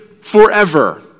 forever